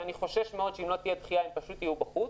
שאני חושש מאוד שאם לא תהיה דחייה הם פשוט יהיו בחוץ,